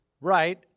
Right